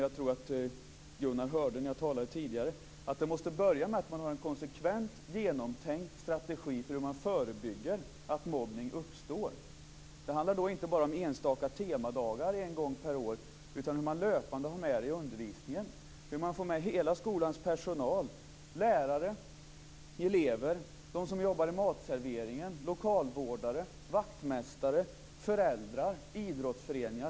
Jag tror att Gunnar Goude hörde att jag sade att man måste börja med en konsekvent genomtänkt strategi för att förebygga mobbning. Det handlar inte bara om enstaka temadagar en gång per år, utan att löpande ha med frågan i undervisningen, att få med hela skolans personal, lärare, elever, de som jobbar i matserveringen, lokalvårdare, vaktmästare, föräldrar, idrottsföreningar.